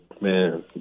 Man